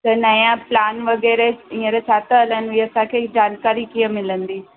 त नया प्लान वग़ैरह हींअर छा था हलनि हीअ असांखे जानकारी कीअं मिलंदी